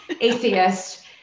atheist